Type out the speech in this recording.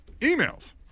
emails